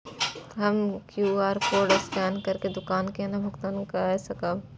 हम QR code scan करके दुकान केना भुगतान काय सकब?